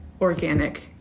Organic